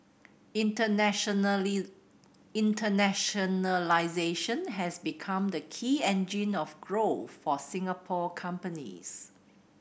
internationalisation has become the key engine of growth for Singapore companies